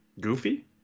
Goofy